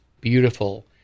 beautiful